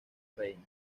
reina